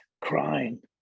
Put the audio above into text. crying